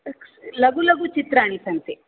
लघु लघु चित्राणि सन्ति